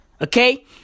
Okay